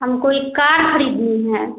हमको एक कार ख़रीदनी है